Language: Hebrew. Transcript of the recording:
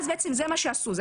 זה מה שעשו,